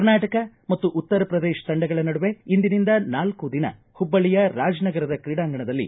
ಕರ್ನಾಟಕ ಮತ್ತು ಉತ್ತರ ಪ್ರದೇಶ ತಂಡಗಳ ನಡುವೆ ಇಂದಿನಿಂದ ನಾಲ್ಕು ದಿನ ಮಬ್ಬಳ್ಳಿಯ ರಾಜನಗರದ ಕ್ರೀಡಾಂಗಣದಲ್ಲಿ